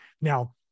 now